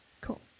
Cool